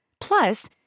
Plus